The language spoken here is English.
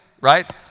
right